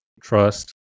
trust